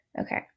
okay